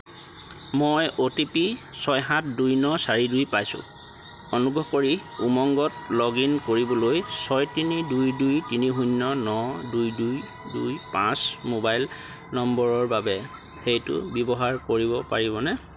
মই O T P ছয় সাত দুই ন চাৰি দুই পাইছোঁ অনুগ্ৰহ কৰি উমংগত লগ ইন কৰিবলৈ ছয় তিনি দুই দুই তিনি শূন্য দুই দুই দুই পাঁচ মোবাইল নম্বৰৰ বাবে সেইটো ব্যৱহাৰ কৰিব পাৰিবনে